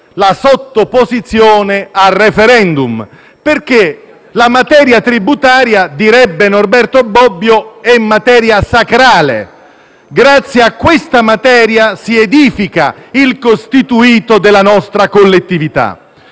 la sottoposizione al *referendum*, perché la materia tributaria - direbbe Norberto Bobbio - è materia sacrale; grazie a questa materia si edifica il costituito della nostra collettività.